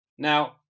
Now